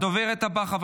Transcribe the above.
הדוברת הבאה,